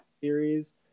Series